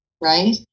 right